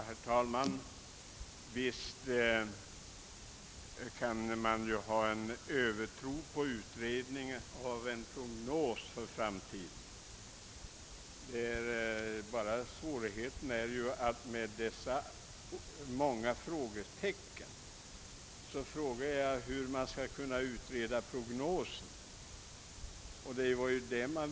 Herr talman! Visst kan man hysa övertro på en utredning om en prognos. Med alla dessa frågetecken är svårigheten just att göra en sådan prognosutredning, vilket man ju önskar.